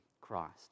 Christ